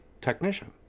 technician